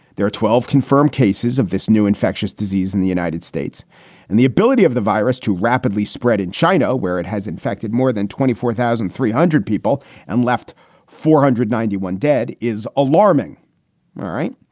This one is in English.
there are twelve confirmed cases of this new infectious disease in the united states and the ability of the virus to rapidly spread in china, where it has infected more than twenty four thousand, three hundred people and left four hundred ninety one dead is alarming. all right.